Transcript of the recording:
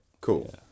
Cool